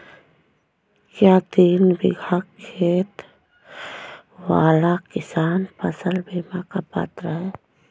क्या तीन बीघा खेत वाला किसान फसल बीमा का पात्र हैं?